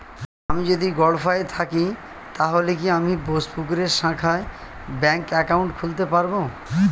আমি যদি গরফায়ে থাকি তাহলে কি আমি বোসপুকুরের শাখায় ব্যঙ্ক একাউন্ট খুলতে পারবো?